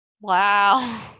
wow